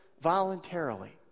voluntarily